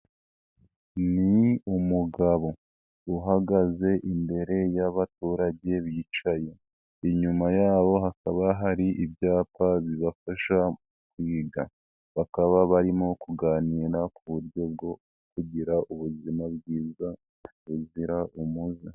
Ni umugabo uhagaze imbere y'abaturage bicaye, inyuma yabo hakaba hari ibyapa bibafasha kwiga, bakaba barimo kuganira ku buryo bwo kugira ubuzima bwiza buzira umuze.